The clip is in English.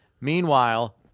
Meanwhile